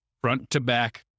front-to-back